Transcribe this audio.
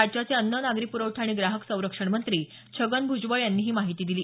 राज्याचे अन्न नागरी प्रखठा आणि ग्राहक संरक्षण मंत्री छगन भूजबळ यांनी ही माहिती दिली